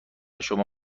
شما